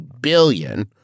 billion